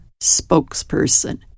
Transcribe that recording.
spokesperson